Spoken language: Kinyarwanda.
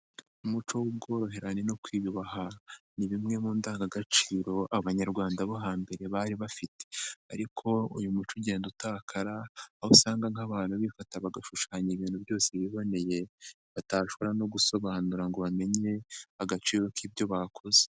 Umuco w'ubworoherane no kwiyubaha ni bimwe mu ndangagaciro Abanyarwanda bo hambere bari bafite ariko uyu muco ugenda utakara, aho usanga nk'abantu bifata bagashushanya ibintu byose biboneye batashobora no gusobanura ngo bamenye agaciro k'ibyo bakoze.